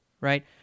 right